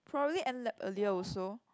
probably end lab earlier also